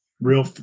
real